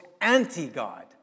anti-God